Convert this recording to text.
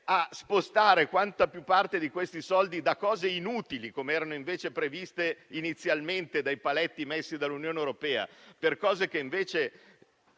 a spostare quanta più parte possibile di questi soldi da cose inutili, com'era previsto inizialmente dai paletti messi dall'Unione europea, a cose che invece